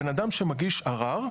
בן אדם שמגיש ערר,